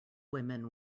women